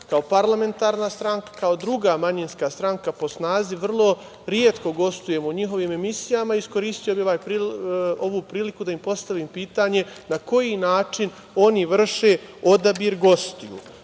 kao parlamentarna stranka, kao druga manjinska stranka po snazi, vrlo retko gostujemo u njihovim emisijama, iskoristio bih ovu priliku da im postavim pitanje na koji način oni vrše odabir gostiju,